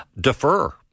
defer